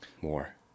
more